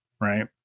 Right